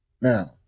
Now